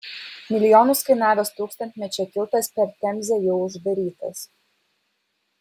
milijonus kainavęs tūkstantmečio tiltas per temzę jau uždarytas